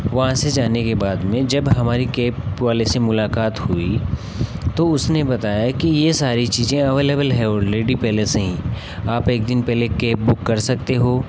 वहाँ से जाने के बाद में जब हमारी कैब वाले से मुलाक़ात हुई तो उसने बताया कि ये सारी चीज़ें एबलेबल है ऑलरेडी पहले से ही आप एक दिन पहले केब बुक कर सकते हो